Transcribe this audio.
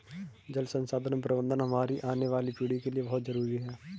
जल संसाधन प्रबंधन हमारी आने वाली पीढ़ी के लिए बहुत जरूरी है